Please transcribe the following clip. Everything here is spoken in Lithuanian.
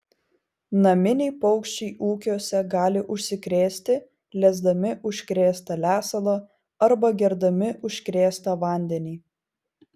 naminiai paukščiai ūkiuose gali užsikrėsti lesdami užkrėstą lesalą arba gerdami užkrėstą vandenį